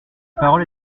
parole